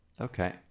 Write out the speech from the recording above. okay